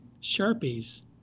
Sharpies